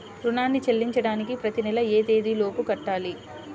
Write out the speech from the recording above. రుణాన్ని చెల్లించడానికి ప్రతి నెల ఏ తేదీ లోపు కట్టాలి?